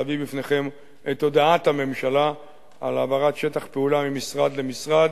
להביא בפניכם את הודעת הממשלה על העברת שטח פעולה ממשרד למשרד.